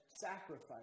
sacrifice